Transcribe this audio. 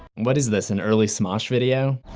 what is this, an early smosh video?